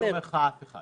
הייתי אומר לך: אף אחד,